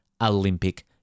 Olympic